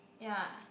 ya